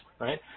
right